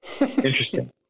interesting